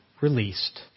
released